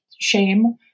shame